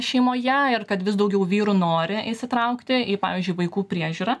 šeimoje ir kad vis daugiau vyrų nori įsitraukti į pavyzdžiui vaikų priežiūrą